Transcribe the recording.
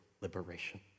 liberation